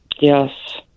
Yes